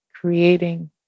creating